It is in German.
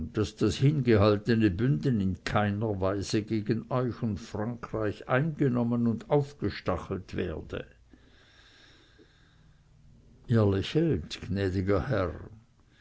daß das hingehaltene bünden in keiner weise gegen euch und frankreich eingenommen und aufgestachelt werde ihr lächelt gnädiger herr